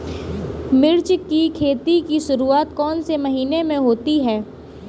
मिर्च की खेती की शुरूआत कौन से महीने में होती है?